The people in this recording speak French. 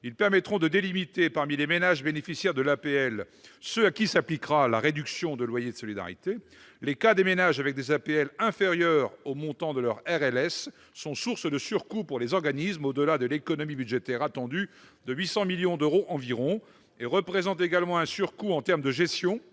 Ils permettront de délimiter, parmi les ménages bénéficiaires de l'APL, ceux à qui s'appliquera la réduction de loyer de solidarité. Les cas de ménages ayant des APL inférieures au montant de leur RLS sont sources de surcoûts pour les organismes, au-delà de l'économie budgétaire attendue de 800 millions d'euros environ. Ils représentent également un surcoût en termes de gestion,